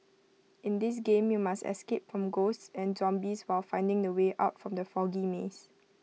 in this game you must escape from ghosts and zombies while finding the way out from the foggy maze